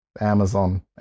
amazon